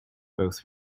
both